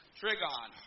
trigon